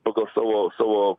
pagal savo savo